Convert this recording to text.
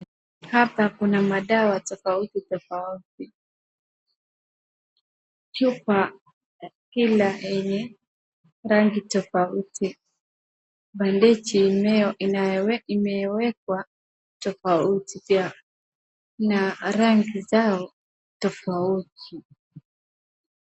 Hapa kuna madawa tofauti tofauti. Chupa kila yenye rangi tofauti. Badeji inayo imewekwa tofauti pia na rangi zao tofauti.